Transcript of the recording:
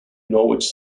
norwich